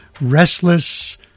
restless